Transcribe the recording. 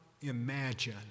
imagine